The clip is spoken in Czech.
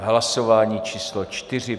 Hlasování číslo 4.